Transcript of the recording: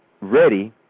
ready